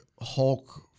hulk